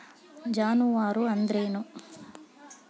ಜಾನುವಾರು ಅಂದ್ರೇನು?